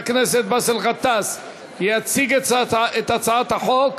חבר הכנסת באסל גטאס יציג את הצעת החוק.